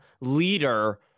leader